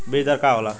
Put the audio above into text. बीज दर का होला?